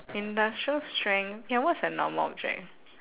industrial strength ya what's a normal object